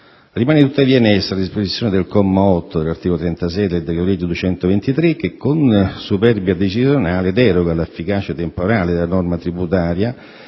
Rimane, tuttavia, in essere la disposizione del comma 8 dell'articolo 36 del decreto-legge n. 223 del 2006 che con superbia decisionale deroga alla efficacia temporale della norma tributaria